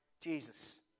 Jesus